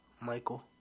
Michael